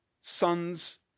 sons